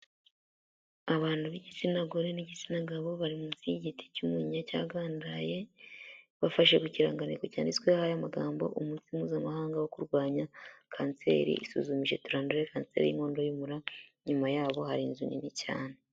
Abantu b'igitsina gore n'igitsina gabo bari munsi y'igiti cy'umunyinya cyagandaye bafashe ku kirangantego cyanyanditsweho aya magambo umunsi mpuzamahanga wo kurwanya kanseri, isuzumije turandure kanseri y'inkondo y'umura, inyuma yabo hari inzu nini cyane.